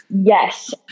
Yes